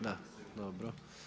Da, dobro.